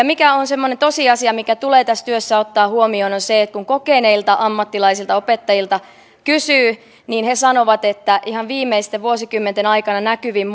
mikä on semmoinen tosiasia mikä tulee tässä työssä ottaa huomioon on se että kun kokeneilta ammattilaisilta opettajilta kysyy niin he sanovat että ihan viimeisten vuosikymmenten aikana näkyvin